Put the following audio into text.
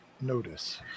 notice